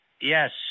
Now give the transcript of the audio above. Yes